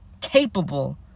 capable